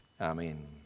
Amen